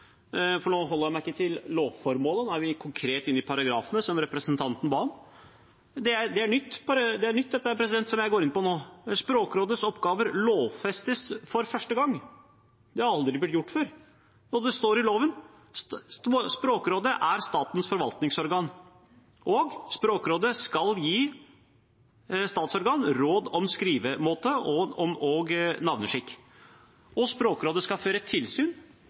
nå forholder jeg meg ikke til lovformålet, nå er vi konkret inne i paragrafene, som representanten ba om – er ny. Det er nytt, det jeg går inn på nå. Språkrådets oppgaver lovfestes for første gang – det har aldri blitt gjort før. Det står i loven: «Språkrådet er statens forvaltningsorgan …», og «Språkrådet skal gje statsorgan råd om skrivemåte og namneskikk …», og «Språkrådet fører tilsyn ...», og «Språkrådet skal